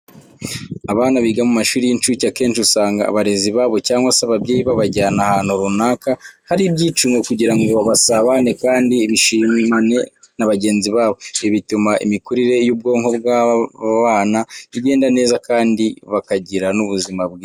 Abana biga mu mashuri y'incuke akenshi usanga abarezi babo cyangwa se ababyeyi babajyana ahantu runaka hari ibyicungo kugira ngo basabane, kandi bishimane na bagenzi babo. Ibi bituma imikurire y'ubwonko bw'aba bana igenda neza kandi bakagira n'ubuzima bwiza.